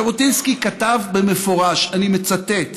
ז'בוטינסקי כתב במפורש, ואני מצטט: